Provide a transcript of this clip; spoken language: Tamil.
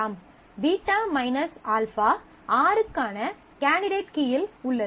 β - α R க்கான கேண்டிடேட் கீயில் உள்ளது